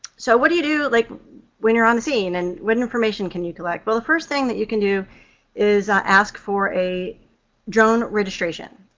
so, what do you do like when you're on the scene, and what information can you collect? but the first thing that you can do is ask for a drone registration.